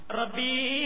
Rabbi